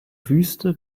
wüste